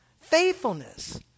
faithfulness